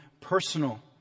personal